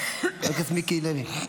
חבר הכנסת מיקי לוי,